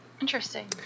Interesting